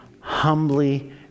humbly